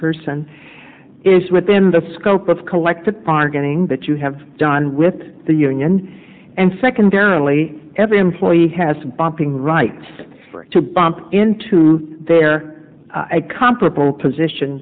person is within the scope of collective bargaining that you have done with the union and secondarily every employee has bopping right to bump into their comparable position